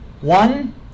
one